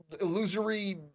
illusory